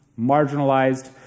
marginalized